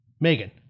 Megan